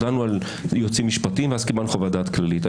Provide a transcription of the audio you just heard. יודענו על היועצים המשפטיים ואז קיבלנו חוות דעת כללית.